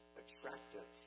attractive